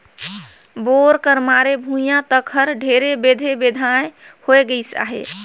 bore कर मारे भुईया तक हर ढेरे बेधे बेंधा होए गइस अहे